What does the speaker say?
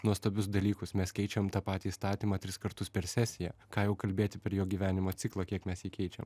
nuostabius dalykus mes keičiam tą patį įstatymą tris kartus per sesiją ką jau kalbėti per jo gyvenimo ciklą kiek mes jį keičiam